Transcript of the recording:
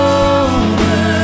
over